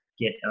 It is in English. get